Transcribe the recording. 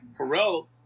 Pharrell